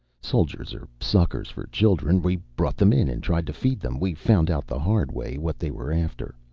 soldiers are suckers for children. we brought them in and tried to feed them. we found out the hard way what they were after.